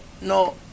no